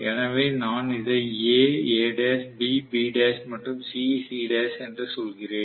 எனவே நான் இதை A Al B Bl மற்றும் C C' என்று சொல்கிறேன்